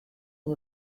oan